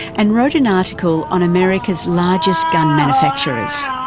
and wrote an article on americans largest gun manufacturers,